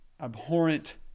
abhorrent